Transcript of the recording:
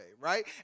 right